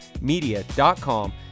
media.com